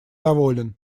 доволен